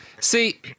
See